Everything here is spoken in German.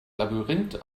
labyrinth